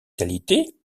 qualité